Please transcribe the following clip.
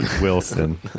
Wilson